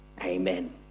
Amen